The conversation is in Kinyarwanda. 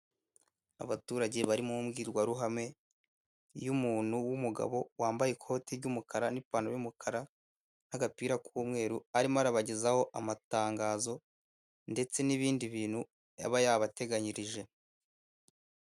Abaturage bari mu mbwirwaruhame y'umuntu w'umugabo wambaye ikoti ry'umukara, n'ipantaro y'umukara n'agapira k'umweru arimo arabagezaho amatangazo ndetse n'ibindi bintu yaba yabateganyirije.